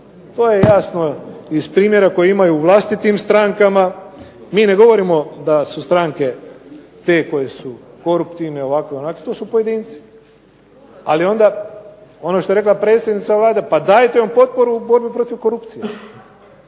To je jasno iz primjera koji imaju u vlastitim strankama. Mi ne govorimo da su stranke te koje su koruptivne ovako ili onako. To su pojedinci. Ali onda ono što je rekla predsjednica Vlade, pa dajete potporu borbi protiv korupcije